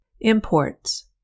Imports